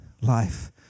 life